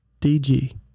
DG